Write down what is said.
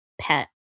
pet